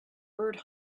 bird